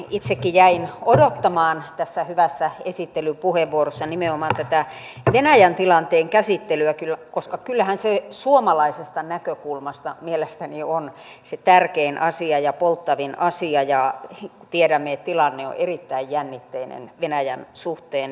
itsekin jäin odottamaan tässä hyvässä esittelypuheenvuorossa nimenomaan tätä venäjän tilanteen käsittelyä koska kyllähän se suomalaisesta näkökulmasta mielestäni on se tärkein asia ja polttavin asia ja tiedämme että tilanne on erittäin jännitteinen venäjän suhteen